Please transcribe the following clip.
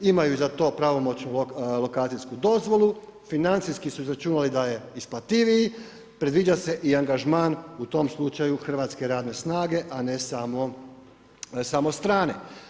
Imaju za to pravomoćnu lokacijsku dozvolu, financijski su izračunali da je isplativiji, predviđa se i angažman u tom slučaju, hrvatske radne snage a ne samo strane.